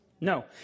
No